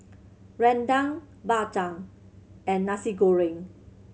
Rendang Bak Chang and Nasi Goreng